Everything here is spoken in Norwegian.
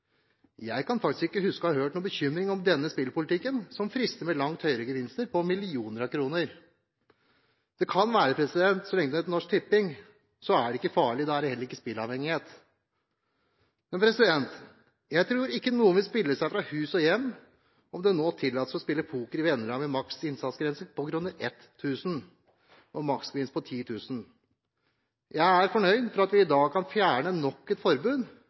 Jeg kan faktisk ikke huske å ha hørt noen uttrykke bekymring om denne spillpolitikken, der man frister med langt høyere gevinster – på millioner av kroner. Det kan være at så lenge det heter Norsk Tipping, er det ikke farlig, da er det heller ikke spilleavhengighet. Jeg tror ikke noen vil spille seg fra hus og hjem om det nå tillates å spille poker i vennelag med en maks innsatsgrense på 1 000 kr og en maksgevinst på 10 000 kr. Jeg er fornøyd med at vi i dag kan fjerne nok